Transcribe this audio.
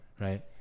Right